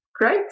Great